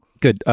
good.